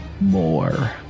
more